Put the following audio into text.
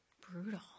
brutal